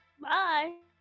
Bye